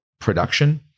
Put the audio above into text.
production